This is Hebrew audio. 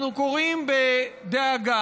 אנחנו קוראים בדאגה